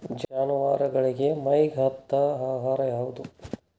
ಜಾನವಾರಗೊಳಿಗಿ ಮೈಗ್ ಹತ್ತ ಆಹಾರ ಯಾವುದು?